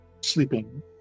sleeping